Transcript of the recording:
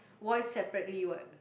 voice separately what